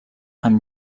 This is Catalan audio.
amb